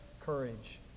courage